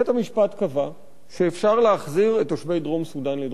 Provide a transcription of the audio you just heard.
בית-המשפט קבע שאפשר להחזיר את תושבי דרום-סודן לדרום-סודן,